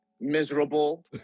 Miserable